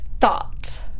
thought